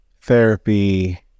therapy